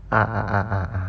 ah ah ah ah ah